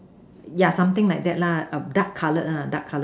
yeah something like that lah a dark colored lah dark colored